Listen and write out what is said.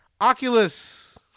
Oculus